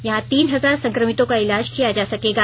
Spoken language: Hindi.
यहां तीन हजार संक्रमितों का इलाज किया जा सकेगा